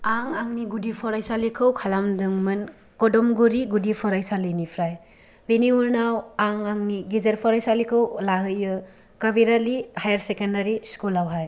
आं आंनि गुदि फरायसालिखौ खालामदोंमोन कदमगुरि गुदि फरायसालिनिफ्राय बेनि उनाव आं आंनि गेजेर फरायसालिखौ लाहैयो काबिरालि हायार सेकेण्डारि स्कुलावहाय